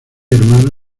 hermano